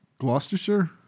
Gloucestershire